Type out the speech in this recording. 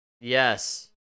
Yes